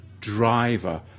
Driver